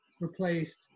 replaced